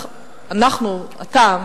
אתה,